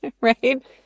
right